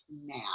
now